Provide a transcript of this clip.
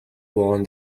won